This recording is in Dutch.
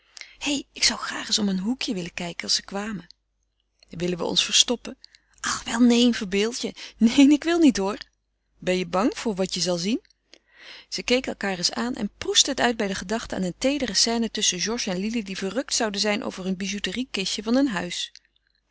hé ik zou graag eens om een hoekje willen kijken als ze kwamen willen we ons verstoppen ach wel neen verbeeld je neen ik wil niet hoor ben je bang voor wat je zal zien ze keken elkaâr eens aan en proestten het uit bij de gedachte aan een teedere scène tusschen georges en lili die verrukt zouden zijn over hun bijouteriekistje van een huis